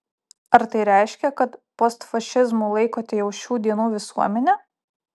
ar tai reiškia kad postfašizmu laikote jau šių dienų visuomenę